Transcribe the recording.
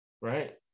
Right